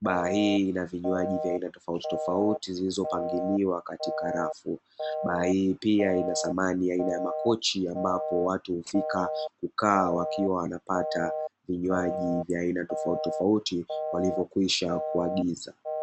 Baa hii ina vinywaji vya aina tofautitofauti zilizopangiliwa katika rafu, baa hii pia ina samani ya aina ya makochi ambapo watu hufika hukaa, wakiwa wanapata vinywaji vya aina tofautitofauti walivyokwisha kuagiza.